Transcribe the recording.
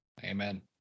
Amen